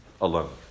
alone